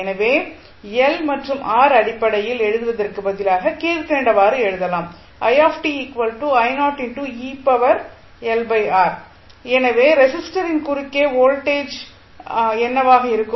எனவே எல் மற்றும் ஆர் அடிப்படையில் எழுதுவதற்கு பதிலாக கீழ்கண்டவாறு எழுதலாம் எனவே ரெஸிஸ்டரின் குறுக்கே வோல்டேஜ் என்னவாக இருக்கும்